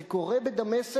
זה קורה בדמשק.